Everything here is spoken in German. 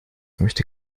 möchte